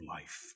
life